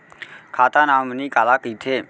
खाता नॉमिनी काला कइथे?